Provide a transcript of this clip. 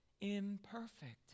imperfect